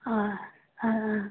ꯑꯥ ꯑꯥ